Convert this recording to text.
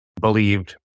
believed